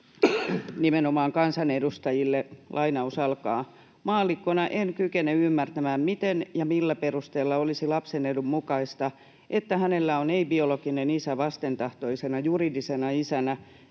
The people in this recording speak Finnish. nimenomaan kansanedustajille: ”Maallikkona en kykene ymmärtämään, miten ja millä perusteella olisi lapsen edun mukaista, että hänellä on ei-biologinen isä vastentahtoisena juridisena isänä,